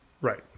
Right